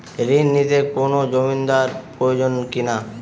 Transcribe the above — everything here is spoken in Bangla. ঋণ নিতে কোনো জমিন্দার প্রয়োজন কি না?